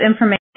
information